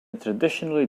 traditionally